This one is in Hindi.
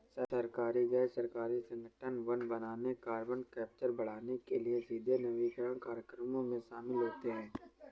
सरकारी, गैर सरकारी संगठन वन बनाने, कार्बन कैप्चर बढ़ाने के लिए सीधे वनीकरण कार्यक्रमों में शामिल होते हैं